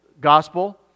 gospel